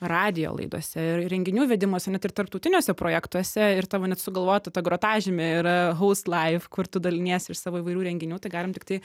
radijo laidose ir renginių vedimuose net ir tarptautiniuose projektuose ir tavo net sugalvota ta grotažymė yra hustlaif kur tu daliniesi iš savo įvairių renginių tai galim tiktai